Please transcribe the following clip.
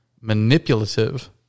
manipulative